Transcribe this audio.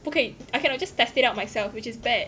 不可以 I cannot just test it out myself which is bad